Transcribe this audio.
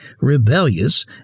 rebellious